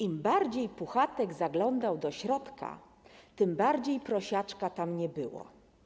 Im bardziej Puchatek zaglądał do środka, tym bardziej Prosiaczka tam nie było”